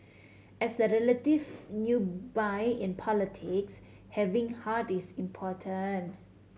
as a relative newbie in politics having heart is important